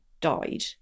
died